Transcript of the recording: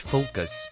Focus